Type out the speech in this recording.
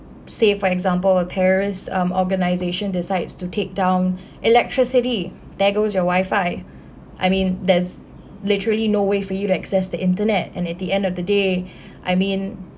say for example a terrorist um organisation decides to take down electricity there goes your wifi I mean there's literally no way for you to access the internet and at the end of the day I mean